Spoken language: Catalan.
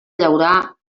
llaurar